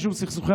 44. חוק החשמל,